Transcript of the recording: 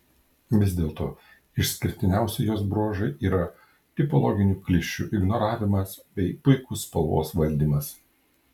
vis dėlto išskirtiniausi jos bruožai yra tipologinių klišių ignoravimas bei puikus spalvos valdymas